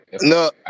No